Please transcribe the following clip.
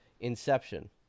Inception